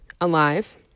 alive